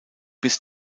bis